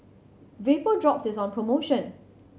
Vapodrops is on promotion